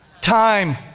time